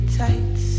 tight